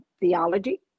theology